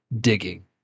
digging